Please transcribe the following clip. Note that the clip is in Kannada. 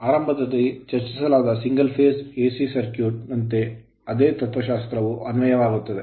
ಆರಂಭದಲ್ಲಿ ಚರ್ಚಿಸಲಾದ single phase AC circuit single phase AC circuit ನಂತೆ ಅದೇ ತತ್ವಶಾಸ್ತ್ರವು ಅನ್ವಯವಾಗುತ್ತದೆ